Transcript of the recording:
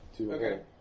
Okay